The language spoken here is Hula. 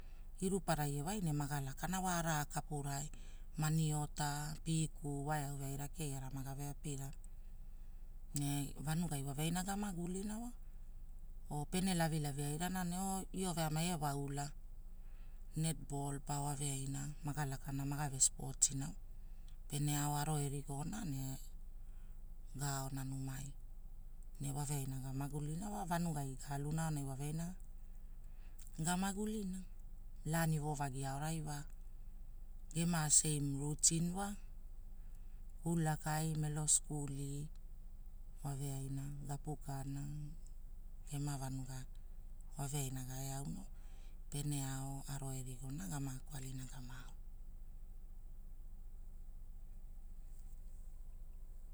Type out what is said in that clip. Iruparai ewai, ne maga lakana aara kapurai, maniota, piku wae au veaira keiara magave apiana. Ne vanugai wave aina gamagulina wa, oo pene lavilavi airana oo io veamai ewa ula, neetbol pa wave aina. Maga lakana magave spotina, pene ao avo erigo ne gaona numa, ne wave aina gamagulina wa vanugai guluna aonai wave aina gamaagulina. Laani wovagi aorai wa, gema seim rutin wa. Kuu lakaii melo sikuli, waveaina gapukana, gema vanuga wave aina aae auna pene ao aro rigona gamako alina gamaauna.